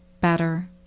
better